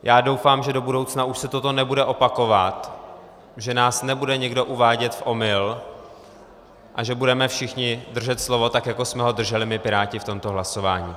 Já doufám, že do budoucna už se toto nebude opakovat, že nás nebude někdo uvádět v omyl a že budeme všichni držet slovo, tak jako jsme ho drželi my Piráti v tomto hlasování.